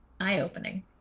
eye-opening